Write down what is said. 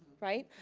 right?